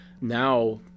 now